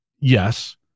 yes